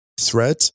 thread